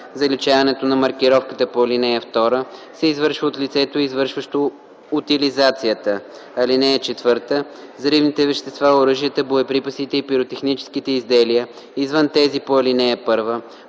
Заличаването на маркировката по ал. 2 се извършва от лицето, извършващо утилизацията. (4) Взривните вещества, оръжията, боеприпасите и пиротехническите изделия, извън тези по ал. 1,